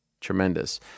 Tremendous